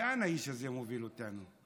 לאן האיש הזה מוביל אותנו?